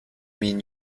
mean